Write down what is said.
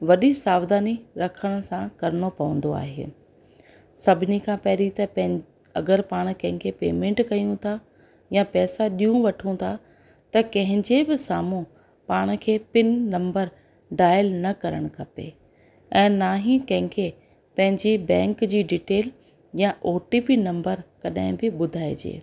वॾी सावधानी रखण सां करिणो पवंदो आहे सभिनी खां पहिरीं त पेन अगरि पाण कंहिंखें पेमेंट कयूं था या पैसा ॾियूं वठूं था त कंहिंजे बि साम्हूं पाण खे पिन नंम्बर डायल न करणु खपे ऐं न ई कंहिंखें पंहिंजी बैंक जी डीटेल या ओ टी पी नंम्बर कॾहिं बि ॿुधाइजे